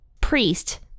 priest